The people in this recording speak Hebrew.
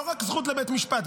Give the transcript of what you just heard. לא רק זכות לבית משפט,